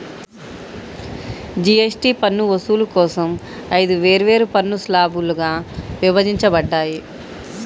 GST పన్ను వసూలు కోసం ఐదు వేర్వేరు పన్ను స్లాబ్లుగా విభజించబడ్డాయి